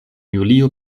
julio